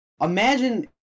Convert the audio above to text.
imagine